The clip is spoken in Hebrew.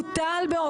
בוטל.